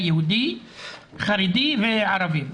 היהודי-חרדי והערבי.